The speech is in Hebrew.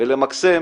ולמקסם